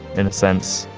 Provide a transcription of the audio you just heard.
in a sense.